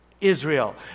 Israel